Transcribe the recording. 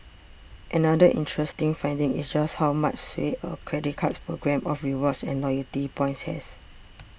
another interesting finding is just how much sway a credit card's programme of rewards and loyalty points has